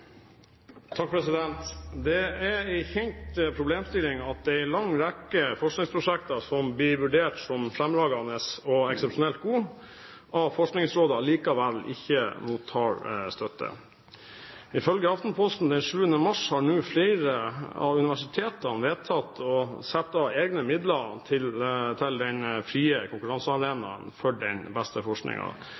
Forskningsrådet, allikevel ikke mottar støtte. Ifølge Aftenposten den 7. mars har nå flere av universitetene vedtatt å sette av egne midler til den frie konkurransearenaen for den beste